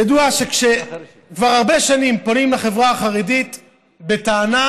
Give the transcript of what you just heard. ידוע שכבר הרבה שנים פונים לחברה החרדית בטענה: